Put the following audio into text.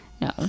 No